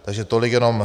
Takže tolik jenom.